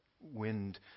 wind